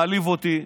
זה מעליב אותי.